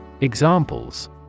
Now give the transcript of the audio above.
Examples